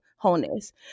Wholeness